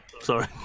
sorry